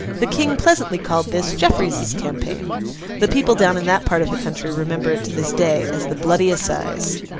the king pleasantly called this jeffreys's campaign the people down in that part of the country remember it to this day as the bloody assize.